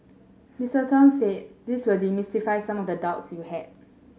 Mister Tong said this will demystify some of the doubts you had